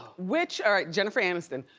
which, alright jennifer aniston.